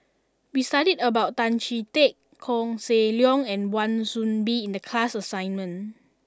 we studied about Tan Chee Teck Koh Seng Leong and Wan Soon Bee in the class assignment